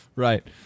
Right